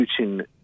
Putin